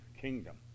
kingdom